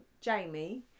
Jamie